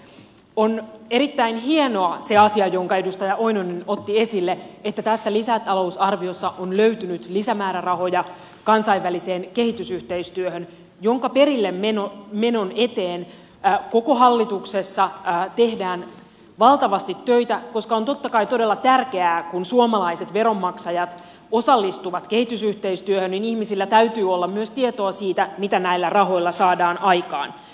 on erittäin hienoa se minkä edustaja oinonen otti esille että tässä lisätalousarviossa on löytynyt lisämäärärahoja kansainväliseen kehitysyhteistyöhön jonka perillemenon eteen koko hallituksessa tehdään valtavasti töitä koska on totta kai todella tärkeää kun suomalaiset veronmaksajat osallistuvat kehitysyhteistyöhön että ihmisillä täytyy olla myös tietoa siitä mitä näillä rahoilla saadaan aikaan